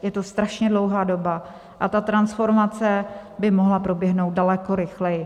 Je to strašně dlouhá doba a ta transformace by mohla proběhnout daleko rychleji.